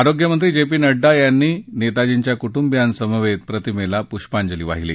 आरोग्यमंत्री जे पी नङ्डा यांनी नेताजींच्या कुटुंबियांसमवेत प्रतिमेला पुष्पांजली वाहिली